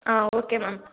ah okay ma'am